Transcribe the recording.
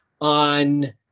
on